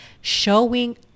showing